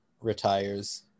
retires